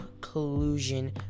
collusion